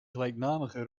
gelijknamige